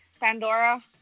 Pandora